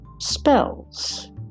spells